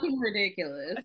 ridiculous